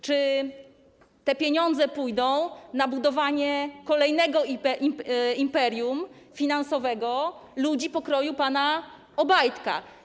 Czy te pieniądze pójdą na budowanie kolejnego imperium finansowego ludzi pokroju pana Obajtka?